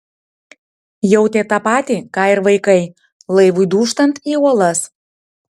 jautė tą patį ką ir vaikai laivui dūžtant į uolas